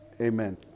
Amen